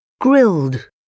grilled